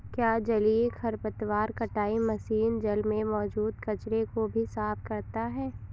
क्या जलीय खरपतवार कटाई मशीन जल में मौजूद कचरे को भी साफ करता है?